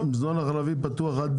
הפסקה עד